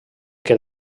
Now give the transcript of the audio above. que